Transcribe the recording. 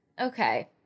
Okay